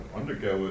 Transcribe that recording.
undergo